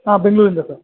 ಹಾಂ ಬೆಂಗಳೂರಿಂದ ಸರ್